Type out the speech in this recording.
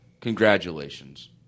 Congratulations